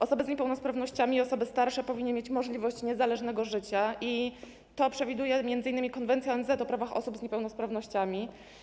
Osoby z niepełnosprawnościami i osoby starsze powinny mieć możliwość niezależnego życia, co przewiduje m.in. Konwencja ONZ o prawach osób niepełnosprawnych.